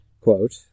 quote